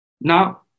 Now